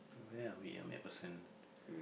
where are we at MacPherson